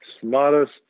Smartest